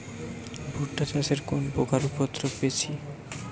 ভুট্টা চাষে কোন পোকার উপদ্রব বেশি?